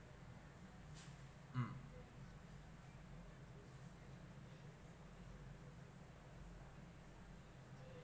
mm